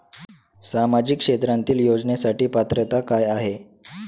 सामाजिक क्षेत्रांतील योजनेसाठी पात्रता काय आहे?